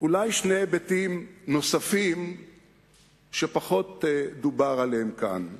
שני היבטים נוספים שפחות דובר עליהם כאן.